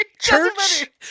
church